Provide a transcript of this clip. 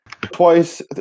twice